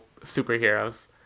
superheroes